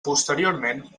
posteriorment